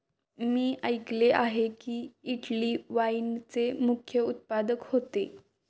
मी ऐकले आहे की, इटली वाईनचे मुख्य उत्पादक होते